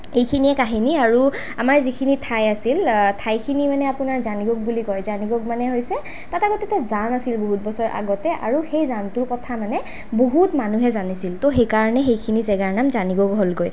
এইখিনিয়ে কাহিনী আৰু আমাৰ যিখিনি ঠাই আছিল ঠাইখিনি মানে আপোনাৰ জানিগোগ বুলি কয় জানিগোগ মানে হৈছে তাতে আকৌ আগতে এটা জান আছিল বহুত বছৰ আগতে আৰু সেই জানটোৰ কথা মানে বহুত মানুহে জানিছিল তো সেইকাৰণে সেইখিনি জাগাৰ নাম জানিগোগ হ'লগৈ